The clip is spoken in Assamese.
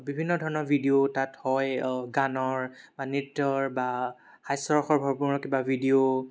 বিভিন্ন ধৰণৰ ভিডিঅ' তাত হয় গানৰ বা নৃত্যৰ বা হাস্যৰসৰ ভৰপূৰৰ কিবা ভিডিঅ'